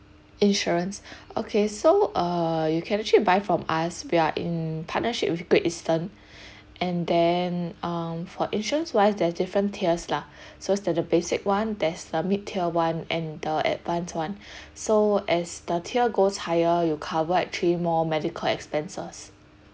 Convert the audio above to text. insurance okay so uh you can actually buy from us we are in partnership with great eastern and then um for insurance wise there's different tiers lah so the the basic one there's a mid tier one and the advance one so as the tier goes higher you cover actually more medical expenses